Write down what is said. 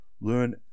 learn